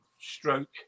stroke